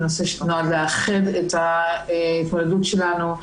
בנושא שנועד לאחד את ההתמודדות שלנו,